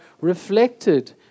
reflected